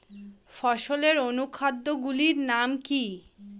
ফসলের অনুখাদ্য গুলির নাম কি?